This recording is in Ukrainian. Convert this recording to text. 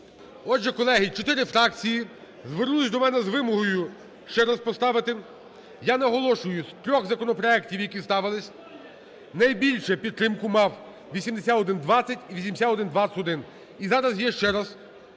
Отже, колеги чотири фракції звернулись до мене з вимогою ще раз поставити. Я наголошую, з трьох законопроектів, які ставились, найбільше підтримку мав 8120 і 8120-1. І зараз я ще раз